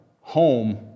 home